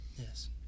Yes